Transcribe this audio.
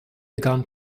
begun